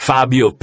Fabio